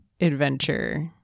adventure